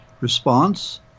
response